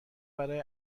برای